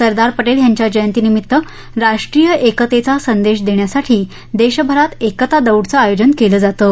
सरदार पटेल यांच्या जयंतीनिमित्त राष्ट्रीय एकतेचा संदेश देण्यासाठी देशभरात एकता दौडचं आयोजन केलं जातं